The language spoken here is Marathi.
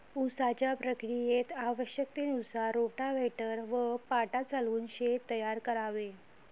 उसाच्या प्रक्रियेत आवश्यकतेनुसार रोटाव्हेटर व पाटा चालवून शेत तयार करावे